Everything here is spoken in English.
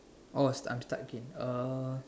oh stuck I'm stuck again uh